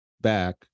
back